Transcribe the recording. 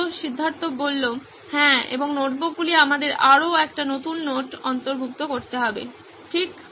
ছাত্র সিদ্ধার্থ হ্যাঁ এবং নোটবুকগুলি আমাদের আরো একটি নতুন নোট অন্তর্ভুক্ত করতে হবে ঠিক